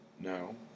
No